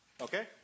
Okay